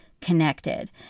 connected